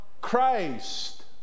Christ